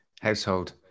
household